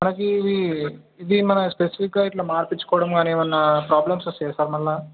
మనకు ఇది ఇది మన స్పెసిఫిక్గా ఇట్ల మార్పించుకోవడం కానీ ఏమన్న ప్రాబ్లమ్స్ వస్తాయా సార్ మరల